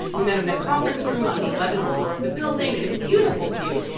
we met him in a conference room on the eleventh floor of the building. they have a beautiful view.